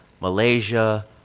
Malaysia